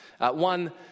one